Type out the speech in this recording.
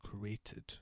created